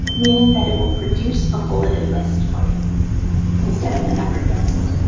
meaning that it will produce a bulleted list for you instead of a numbered list.